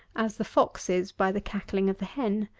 as the fox is by the cackling of the hen.